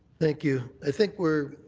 thank you. i think we're